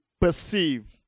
perceive